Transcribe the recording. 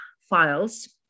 files